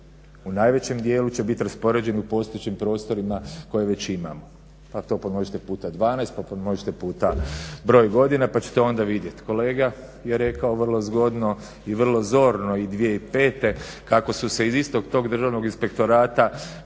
U najvećem dijelu će biti raspoređeni u postojećim prostorima koje već imamo, pa to pomnožite puta 12, pa pomnožite puta broj godina pa ćete onda vidjeti. Kolega je rekao vrlo zgodno i vrlo zorno i 2005. kako su se iz istog tog Državnog inspektorata